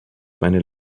many